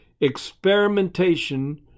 Experimentation